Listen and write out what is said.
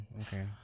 Okay